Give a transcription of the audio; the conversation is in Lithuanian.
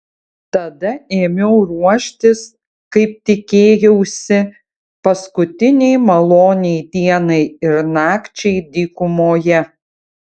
tada ėmiau ruoštis kaip tikėjausi paskutinei maloniai dienai ir nakčiai dykumoje